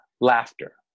Laughter